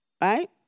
Right